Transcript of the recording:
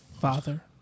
Father